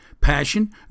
passion